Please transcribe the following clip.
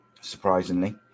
surprisingly